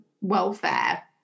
welfare